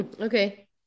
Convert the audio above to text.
Okay